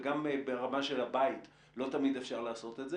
וגם ברמה של הבית לא תמיד אפשר לעשות את.